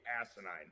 asinine